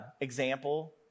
example